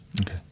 Okay